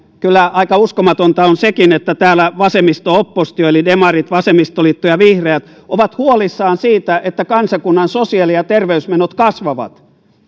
kyllä aika uskomatonta on sekin että täällä vasemmisto oppositio demarit vasemmistoliitto ja vihreät on huolissaan siitä että kansakunnan sosiaali ja terveysmenot kasvavat